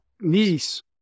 niece